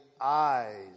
eyes